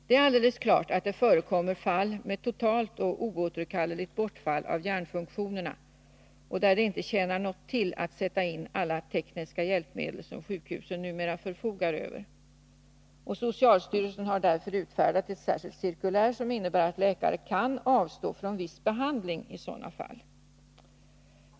Det är alldeles klart att det förekommer fall med totalt och oåterkalleligt bortfall av hjärnfunktionerna, fall där det inte tjänar någonting till att sätta in alla tekniska hjälpmedel som sjukhusen numera förfogar över. Socialstyrelsen har därför utfärdat ett särskilt cirkulär som innebär att läkare kan avstå från viss behandling i sådana fall.